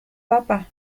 papa